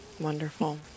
Wonderful